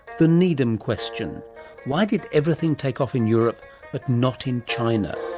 the needham question why did everything take off in europe but not in china.